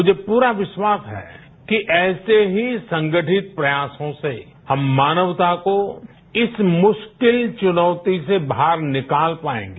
मुझे पूरा विष्वास है कि ऐसे ही संगठित प्रयासों से हम मानवता को इस मुष्किल चुनौती से बाहर निकाल पाएंगे